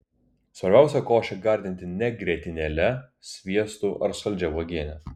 svarbiausia košę gardinti ne grietinėle sviestu ar saldžia uogiene